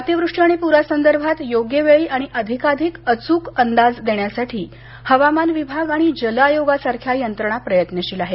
अतिवृष्टी आणि पुरासंदर्भात योग्य वेळी आणि अधिकाधिक अचून अंदाज देण्यासाठी हवामान विभाग आणि जल आयोगासारख्या यंत्रणा प्रयत्नशील आहेत